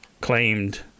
claimed